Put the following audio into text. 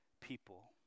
people